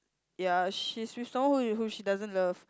ya she's with someone who who she doesn't love